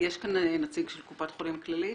יש כאן נציג של קופת חולים כללית?